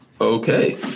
Okay